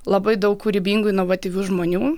labai daug kūrybingų inovatyvių žmonių